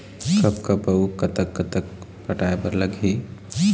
कब कब अऊ कतक कतक पटाए बर लगही